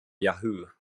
yahoo